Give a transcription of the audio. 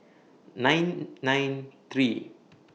nine nine three